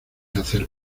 hacer